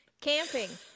Camping